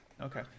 Okay